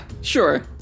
sure